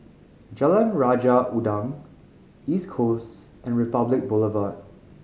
Jalan Raja Udang East Coast and Republic Boulevard